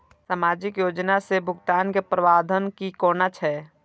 सामाजिक योजना से भुगतान के प्रावधान की कोना छै?